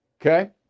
okay